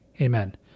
Amen